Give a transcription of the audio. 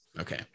okay